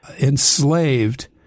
enslaved